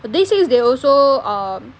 but day six they also um